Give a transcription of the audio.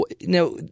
Now